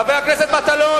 חבר הכנסת מטלון